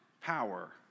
power